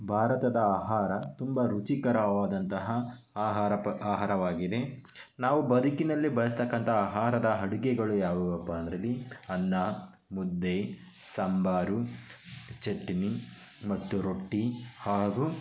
ಭಾರತದ ಆಹಾರ ತುಂಬ ರುಚಿಕರವಾದಂತಹ ಆಹಾರ ಪ ಆಹಾರವಾಗಿದೆ ನಾವು ಬದುಕಿನಲ್ಲಿ ಬಳಸ್ತಕ್ಕಂಥ ಆಹಾರದ ಅಡಿಗೆಗಳು ಯಾವುವಪ್ಪಾ ಅಂದರಲ್ಲಿ ಅನ್ನ ಮುದ್ದೆ ಸಾಂಬಾರು ಚಟ್ನಿ ಮತ್ತು ರೊಟ್ಟಿ ಹಾಗೂ